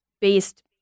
based